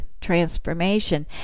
transformation